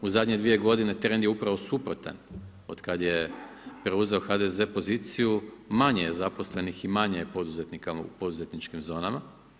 U zadnje dvije godine trend je upravo suprotan od kad je preuzeo HDZ poziciju manje je zaposlenih i manje je poduzetnika u poduzetničkim zonama.